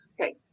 Okay